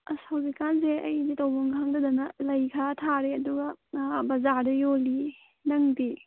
ꯍꯧꯖꯤꯛꯀꯥꯟꯁꯦ ꯑꯩꯁꯦ ꯇꯧꯕꯝ ꯈꯪꯗꯗꯅ ꯂꯩ ꯈꯔ ꯊꯥꯔꯤ ꯑꯗꯨꯒ ꯕꯖꯥꯔꯗ ꯌꯣꯜꯂꯤꯌꯦ ꯅꯪꯗꯤ